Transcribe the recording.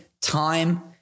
time